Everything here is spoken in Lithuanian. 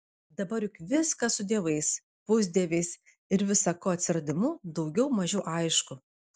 dabar juk viskas su dievais pusdieviais ir visa ko atsiradimu daugiau mažiau aišku